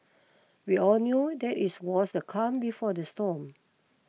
we all knew that it was the calm before the storm